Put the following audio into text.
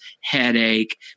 headache